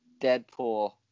Deadpool